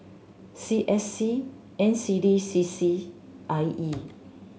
C S C N C D C C I E